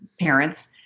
parents